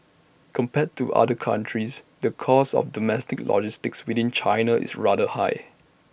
compared to other countries the cost of domestic logistics within China is rather high